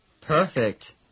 Perfect